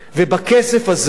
ובכסף הזה,